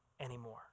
anymore